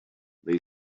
they